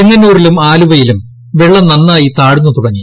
ചെങ്ങന്നൂരിലും ആലുവയിലും വെള്ളം നന്നായി താഴ്ന്നു തുടങ്ങി